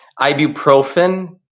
Ibuprofen